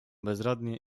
bezradnie